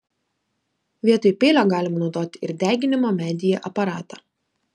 vietoj peilio galima naudoti ir deginimo medyje aparatą